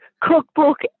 cookbook